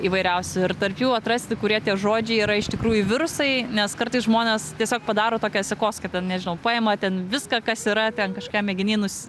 įvairiausių ir tarp jų atrasti kurie tie žodžiai yra iš tikrųjų virusai nes kartais žmonės tiesiog padaro tokią sekos kad ten nežinau paima ten viską kas yra ten kažkiam mėginy nus